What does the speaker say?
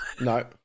No